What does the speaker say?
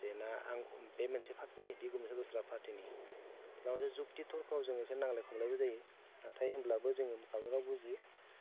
जेरै आं बे मोनसे पार्टिनि बे गुमैया दस्रा मोनसे फार्टिनि अब्ला मोनसे जुक्ति तर्क'आव जों एसे नांलाय खमलायबो जायो नाथाय होमब्लाबो जों गावनो गाव बुजियो